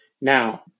Now